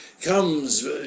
comes